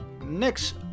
next